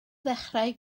ddechrau